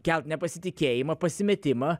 kelt nepasitikėjimą pasimetimą